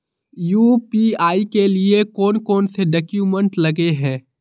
UPI के लिए कौन कौन से डॉक्यूमेंट लगे है?